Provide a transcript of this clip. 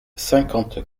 cinquante